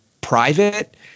private